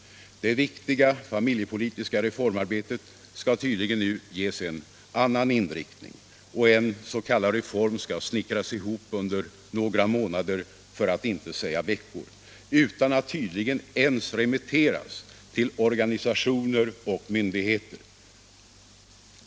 Det viktiga familjepolitiska reformarbetet skall tydligen nu ges en annan inriktning och en s.k. reform skall snickras ihop under några månader för att inte säga veckor utan att tydligen ens remitteras till organisationer eller myndigheter.